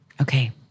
Okay